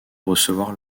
recevoir